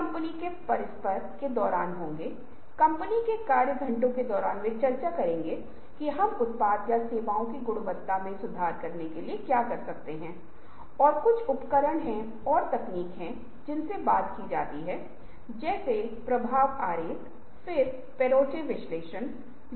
कुत्ता और आप बाहर जा सकते हैं क्योंकि कुत्ते को खेलने के लिए दिलचस्पी नहीं हो सकती है आपके पास एक तरह का खेल हो सकता है जो कुत्ते को आपके साथ खेलने में दिलचस्पी पैदा कर सकता है आपके पास एक मार्ग हो सकता है जहां आप एक कूदने के आसपास खेल रहे हैं या आप जो कुछ भी कर रहे हैं उसे भगा रहे हैं आप कुछ संयम भी कुत्ते को चेन पर रख सकते हैं